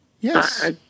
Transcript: Yes